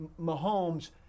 Mahomes